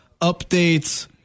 updates